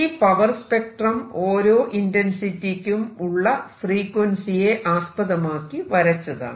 ഈ power spectrum ഓരോ ഇന്റെൻസിറ്റിക്കും ഉള്ള ഫ്രീക്വൻസിയെ ആസ്പദമാക്കി വരച്ചതാണ്